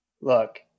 Look